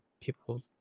people